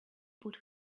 put